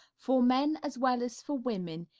for men as well as for women,